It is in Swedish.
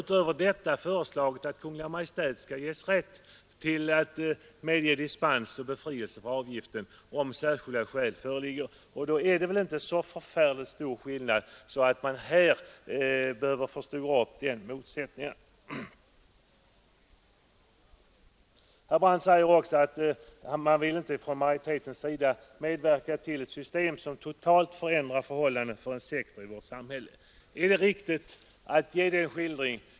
Ni har vidare föreslagit att Kungl. Maj:t skall ges rätt att medge befrielse från avgiften om särskilda skäl föreligger. Då är det väl inte så förfärligt stor skillnad att man här behöver förstora upp den motsättningen. Herr Brandt säger också att man från majoritetens sida inte vill medverka till ett system som totalt förändrar förhållandena för en sektor i vårt näringsliv. Är det riktigt att ge en sådan skildring?